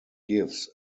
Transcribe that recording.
gives